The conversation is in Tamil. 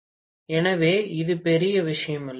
வகுக்க வேண்டும் எனவே இது பெரிய விஷயமல்ல